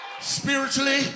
spiritually